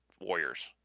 Warriors